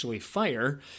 fire